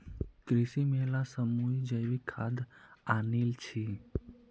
कृषि मेला स मुई जैविक खाद आनील छि